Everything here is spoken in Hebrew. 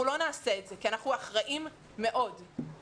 לא נעשה את זה כי אנחנו אחראים מאוד אבל,